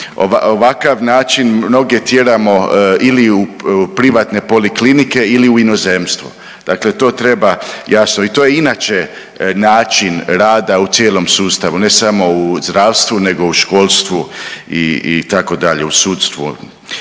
Ovakav način mnoge tjeramo ili u privatne poliklinike ili u inozemstvo, dakle to treba jasno i to je inače način rada u cijelom sustavu, ne samo u zdravstvu nego u školstvu i, itd., u sudstvu.